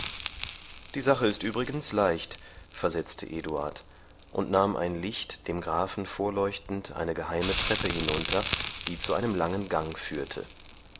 die sache ist übrigens leicht versetzte eduard und nahm ein licht dem grafen vorleuchtend eine geheime treppe hinunter die zu einem langen gang führte